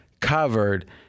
covered